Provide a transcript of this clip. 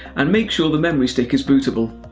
and make sure the memory stick is bootable.